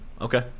okay